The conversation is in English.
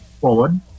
forward